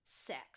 sex